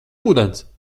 ūdens